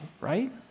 right